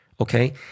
okay